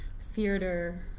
theater